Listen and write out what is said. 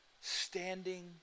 standing